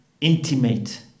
intimate